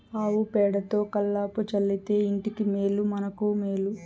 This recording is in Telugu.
ఆవు పేడతో కళ్లాపి చల్లితే ఇంటికి మేలు మనకు మేలు